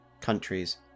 countries